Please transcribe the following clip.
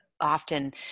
often